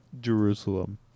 Jerusalem